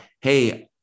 Hey